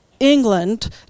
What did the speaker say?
England